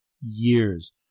years